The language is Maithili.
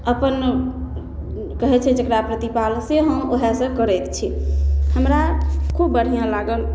अपन कहै छै जकरा प्रतिपालन से हम ओहेसे करैत छी हमरा खूब बढ़िआँ लागल